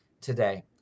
today